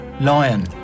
Lion